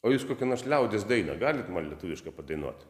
o jūs kokią nors liaudies dainą galit man lietuvišką padainuot